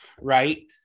Right